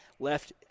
left